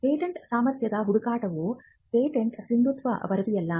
patent ಸಾಮರ್ಥ್ಯದ ಹುಡುಕಾಟವು ಪೇಟೆಂಟ್ನ ಸಿಂಧುತ್ವದ ವರದಿಯಲ್ಲ